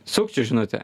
sukčių žinutė